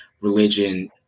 religion